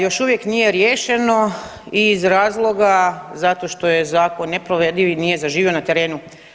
Još uvijek nije riješeno iz razloga zato što je zakon neprovediv i nije zaživio na terenu.